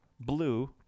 blue